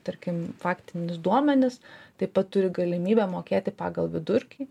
tarkim faktinius duomenis taip pat turi galimybę mokėti pagal vidurkį